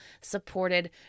supported